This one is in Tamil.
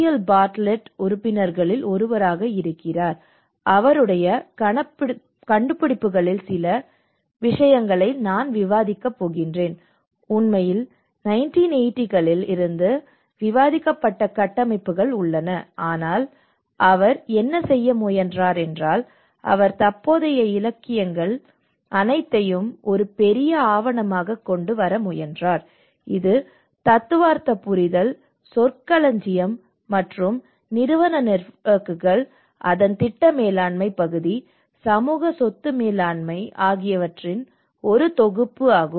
எல் பார்ட்லெட்டின் உறுப்பினர்களில் ஒருவராக இருக்கிறார் அவருடைய கண்டுபிடிப்புகளிலிருந்து சில விஷயங்களை நான் விவாதிக்கப் போகிறேன் உண்மையில் 1980 களில் இருந்து விவாதிக்கப்பட்ட கட்டமைப்புகள் உள்ளன ஆனால் அவர் என்ன செய்ய முயன்றார் என்றால் அவர் தற்போதைய இலக்கியங்கள் அனைத்தையும் ஒரு பெரிய ஆவணமாக கொண்டு வர முயன்றார் இது தத்துவார்த்த புரிதல் சொற்களஞ்சியம் மற்றும் நிறுவன நெட்வொர்க்குகள் அதன் திட்ட மேலாண்மை பகுதி சமூக சொத்து மேலாண்மை ஆகியவற்றின் ஒரு தொகுப்பு ஆகும்